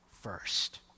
first